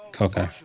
Okay